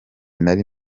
nari